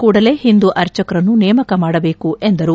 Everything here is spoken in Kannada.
ಕೂಡಲೇ ಹಿಂದೂ ಆರ್ಚಕರನ್ನು ನೇಮಕ ಮಾಡಬೇಕೆಂದರು